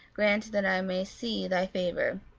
grant that i may see thy favour,